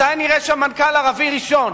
מתי נראה שם מנכ"ל ערבי ראשון?